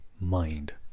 mind